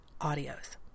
audios